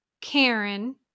Karen